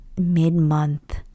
mid-month